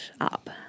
up